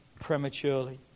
prematurely